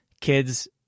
kids